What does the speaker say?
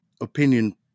opinion